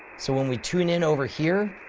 so when we tune in over here,